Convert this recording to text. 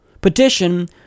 petition